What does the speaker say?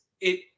it